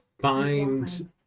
find